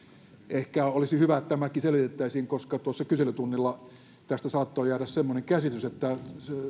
ehkä olisi hyvä että tämäkin selitettäisiin koska tuossa kyselytunnilla tästä saattoi jäädä semmoinen käsitys että